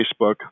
Facebook